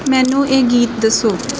ਮੈਨੂੰ ਇਹ ਗੀਤ ਦੱਸੋ